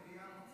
ביום המיוחד הזה,